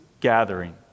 gathering